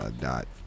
Dot